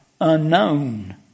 unknown